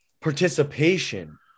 participation